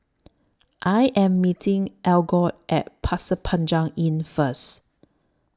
I Am meeting Algot At Pasir Panjang Inn First